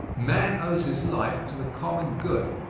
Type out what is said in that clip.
man owes his life to the common good.